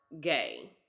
gay